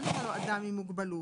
לא "אדם עם מוגבלות",